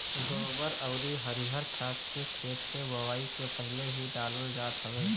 गोबर अउरी हरिहर खाद के खेत के बोआई से पहिले ही डालल जात हवे